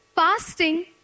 Fasting